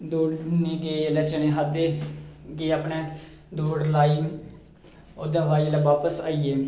दौड़ने गी गे जेल्लै चने खाद्धे गे अपने दौड़ लाई ओह्दे बाद च जेल्लेै बापस आई गे